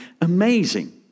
amazing